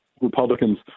Republicans